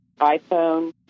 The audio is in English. iPhone